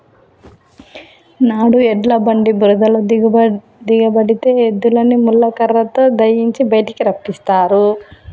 నాడు ఎడ్ల బండి బురదలో దిగబడితే ఎద్దులని ముళ్ళ కర్రతో దయియించి బయటికి రప్పిస్తారు